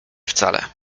wcale